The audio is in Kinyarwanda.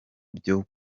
byo